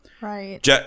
right